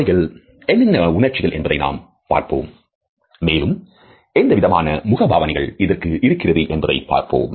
அவைகள் என்னென்ன உணர்ச்சிகள் என்பதை நாம் பார்ப்போம் மேலும் எந்தவிதமான முகபாவனைகள் அதற்கு இருக்கிறது என்பதையும் பார்ப்போம்